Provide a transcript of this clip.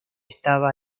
estaba